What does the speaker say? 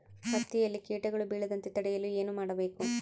ಹತ್ತಿಯಲ್ಲಿ ಕೇಟಗಳು ಬೇಳದಂತೆ ತಡೆಯಲು ಏನು ಮಾಡಬೇಕು?